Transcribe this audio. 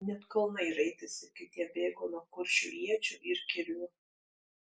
net kulnai raitėsi kai tie bėgo nuo kuršių iečių ir kirvių